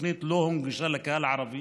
התוכנית לא הונגשה לקהל הערבי